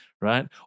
right